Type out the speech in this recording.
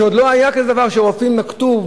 שעוד לא היה כזה דבר שרופאים נקטו,